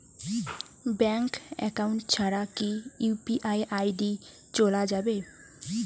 Bank account ছাড়া কি UPI ID চোলা যাবে?